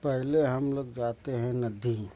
पहले हम लोग जाते हैं नदी